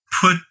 put